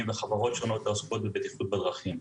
וחברות שונות העוסקות בבטיחות בדרכים.